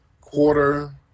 Quarter